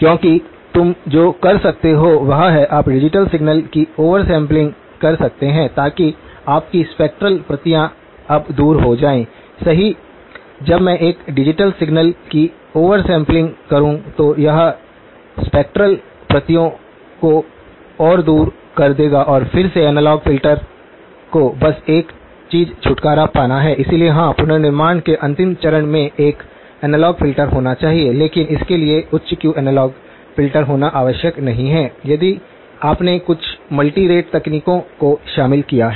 क्योंकि तुम जो कर सकते हो वह है आप डिजिटल सिग्नल की ओवर सैंपलिंग कर सकते हैं ताकि आपकी स्पेक्ट्रल प्रतियाँ अब दूर हो जाएँ सही जब मैं एक डिजिटल सिग्नल की ओवर सैंपलिंग करूँ तो यह स्पेक्ट्रल प्रतियों को और दूर कर देगा और फिर मेरे एनालॉग फ़िल्टर को बस इस चीज़ छुटकारा पाना है इसलिए हाँ पुनर्निर्माण के अंतिम चरण में एक एनालॉग फ़िल्टर होना चाहिए लेकिन इसके लिए उच्च क्यू एनालॉग फ़िल्टर होना आवश्यक नहीं है यदि आपने कुछ मल्टी रेट तकनीकों को शामिल किया है